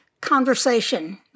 conversation